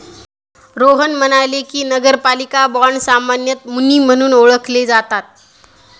रोहन म्हणाले की, नगरपालिका बाँड सामान्यतः मुनी म्हणून ओळखले जातात